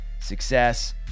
success